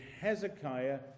Hezekiah